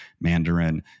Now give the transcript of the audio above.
Mandarin